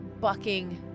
bucking